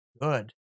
good